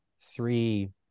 three